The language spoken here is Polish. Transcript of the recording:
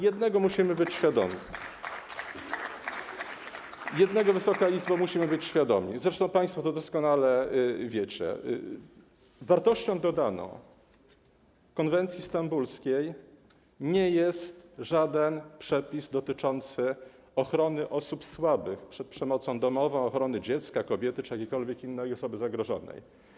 Jednego, Wysoka Izbo, musimy być świadomi, zresztą państwo to doskonale wiecie: wartością dodaną konwencji stambulskiej nie jest żaden przepis dotyczący ochrony osób słabych przed przemocą domową, ochrony dziecka, kobiety czy jakiejkolwiek innej osoby zagrożonej.